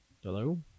hello